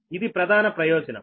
ఇది ప్రధాన ప్రయోజనం